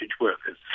workers